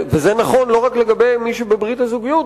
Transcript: וזה נכון לא רק לגבי מי שבברית הזוגיות,